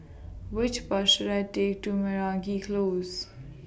Which Bus should I Take to Meragi Close